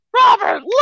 Robert